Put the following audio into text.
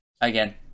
Again